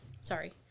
Sorry